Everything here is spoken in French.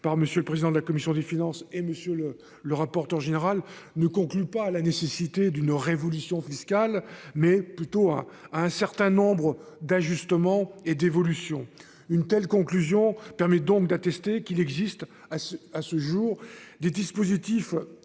le président de la commission des finances et Monsieur le le rapporteur général ne conclut pas à la nécessité d'une révolution fiscale mais plutôt à à un certain nombre d'ajustements et d'évolution. Une telle conclusion permet donc d'attester qu'il existe à ce à ce jour des dispositifs